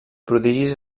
prodigis